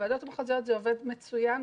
בוועדות המחוזיות זה עובד מצוין,